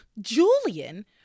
Julian